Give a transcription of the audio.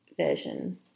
version